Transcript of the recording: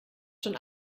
schon